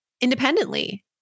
independently